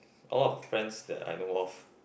a lot of friends that I know of